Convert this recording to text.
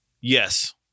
Yes